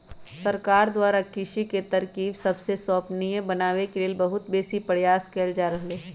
सरकार द्वारा कृषि के तरकिब सबके संपोषणीय बनाबे लेल बहुत बेशी प्रयास कएल जा रहल हइ